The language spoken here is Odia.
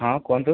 ହଁ କୁହନ୍ତୁ